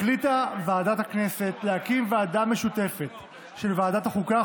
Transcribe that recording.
החליטה ועדת הכנסת להקים ועדה משותפת של ועדת החוקה,